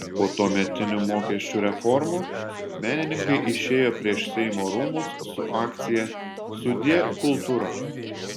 po tuometinių mokesčių reformų menininkai išėjo prieš seimo rūmus su akcija sudie kultūra